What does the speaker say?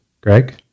Greg